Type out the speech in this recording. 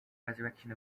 resurrection